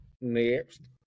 Next